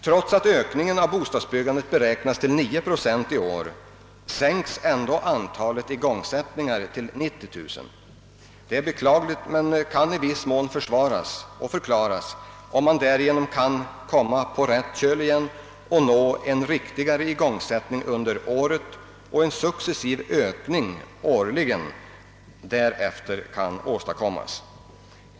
Trots att ökningen av bostadsbyggandet beräknas till 9 procent i år sänktes ändå antalet igångsättningar till 90 000. Det är beklagligt men kan i viss mån försvaras och förklaras om man därigenom kan komma på rätt köl igen och nå en riktigare igångsättning under året och en successiv årlig ökning därefter kan åstadkommas.